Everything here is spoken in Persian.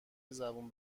زبون